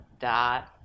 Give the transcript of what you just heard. dot